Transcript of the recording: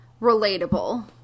relatable